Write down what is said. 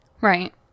Right